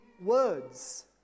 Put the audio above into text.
words